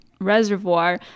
reservoir